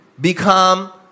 become